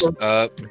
up